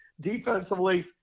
defensively